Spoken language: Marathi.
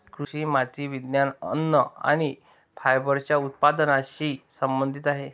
कृषी माती विज्ञान, अन्न आणि फायबरच्या उत्पादनाशी संबंधित आहेत